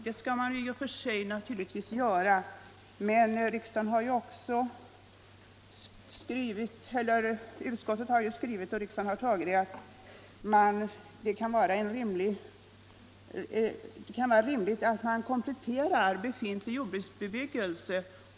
Det skall kommunerna naturligvis i och för sig göra, men riksdagen har uttalat att det kan vara rimligt att komplettera redan befintlig jordbruksbebyggelse.